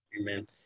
Amen